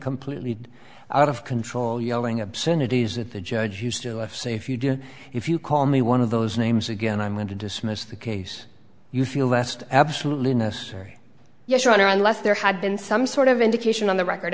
completely out of control yelling obscenity is that the judge used to say if you do if you call me one of those names again i'm going to dismiss the case you feel last absolutely necessary yes your honor unless there had been some sort of indication on the record